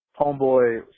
Homeboy